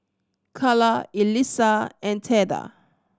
Calla Elissa and Theda